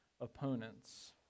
opponents